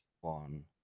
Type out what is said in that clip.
One